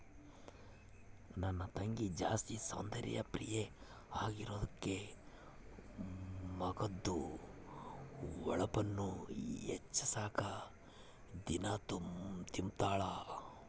ನನ್ ತಂಗಿ ಜಾಸ್ತಿ ಸೌಂದರ್ಯ ಪ್ರಿಯೆ ಆಗಿರೋದ್ಕ ಮಕದ್ದು ಹೊಳಪುನ್ನ ಹೆಚ್ಚಿಸಾಕ ದಿನಾ ತಿಂಬುತಾಳ